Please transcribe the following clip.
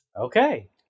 Okay